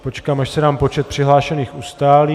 Počkám, až se nám počet přihlášených ustálí.